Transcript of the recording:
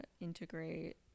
integrate